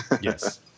Yes